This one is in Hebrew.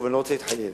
אני לא מוכן להתחייב,